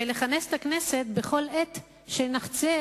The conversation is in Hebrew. ולכנס את הכנסת בכל עת שנחצה,